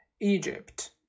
Egypt